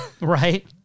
Right